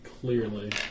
clearly